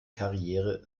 karriere